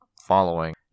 following